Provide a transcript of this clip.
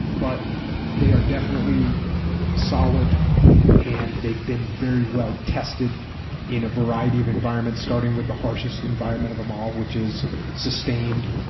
but they are definitely solid and they've been very well tested in a variety of environments, starting with the harshest environment of them all which is sustained,